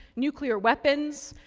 nuclear weapons,